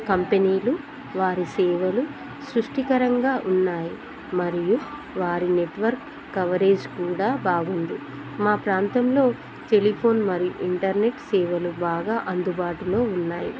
కంపెనీలు వారి సేవలు తృప్తికరంగా ఉన్నాయి మరియు వారి నెట్వర్క్ కవరేజ్ కూడా బాగుంది మా ప్రాంతంలో టెలిఫోన్ మరియు ఇంటర్నెట్ సేవలు బాగా అందుబాటులో ఉన్నాయి